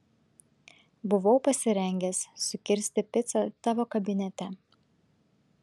buvau pasirengęs sukirsti picą tavo kabinete